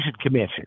Commission